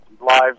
Live